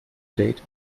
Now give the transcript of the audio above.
date